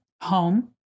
home